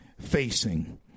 facing